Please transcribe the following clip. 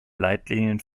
leitlinien